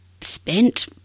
spent